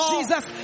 Jesus